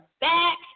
back